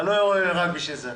לא, אתה לא יורד בשביל זה,